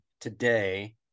today